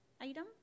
item